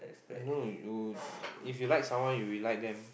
no no you if you like someone you will like them